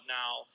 now